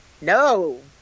no